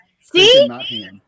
see